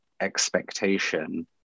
expectation